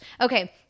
Okay